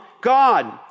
God